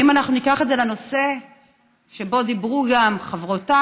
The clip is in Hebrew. אם אנחנו ניקח את זה לנושא שבו דיברו גם חברותיי,